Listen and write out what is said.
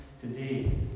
today